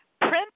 print